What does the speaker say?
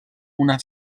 una